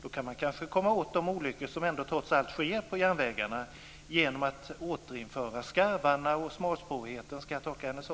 Då kanske det går att komma åt de olyckor som trots allt sker på järnvägarna genom att återinföra skarvarna och smalspåren. Ska jag tolka henne så?